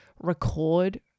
record